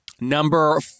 Number